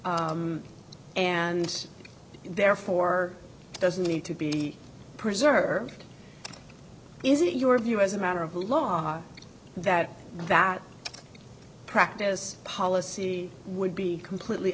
and therefore doesn't need to be preserved is it your view as a matter of law that that practice policy would be completely